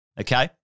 Okay